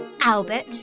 Albert